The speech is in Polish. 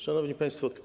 Szanowni Państwo!